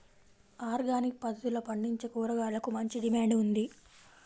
organic పద్దతిలో పండించే కూరగాయలకు మంచి డిమాండ్ ఉంది